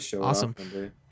awesome